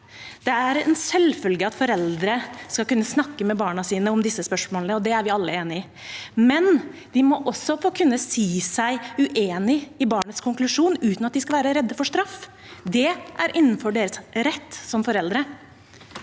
Det er en selvfølge at foreldre skal kunne snakke med barna sine om disse spørsmålene, det er vi alle enige om, men de må også kunne få si seg uenig i barnets konklusjon uten at de skal være redde for straff. Det er innenfor deres rett som foreldre.